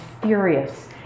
furious